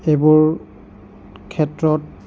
সেইবোৰ ক্ষেত্ৰত